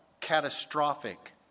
catastrophic